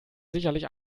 sicherlich